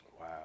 Wow